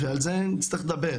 ועל זה נצטרך לדבר.